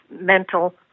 mental